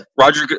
roger